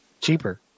cheaper